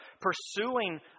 pursuing